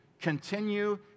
continue